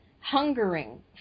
hungering